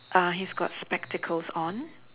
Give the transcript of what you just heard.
uh he's got spectacles on